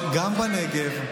גם בנגב,